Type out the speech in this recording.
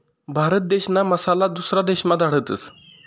भारत देशना मसाला दुसरा देशमा धाडतस